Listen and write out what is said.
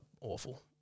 awful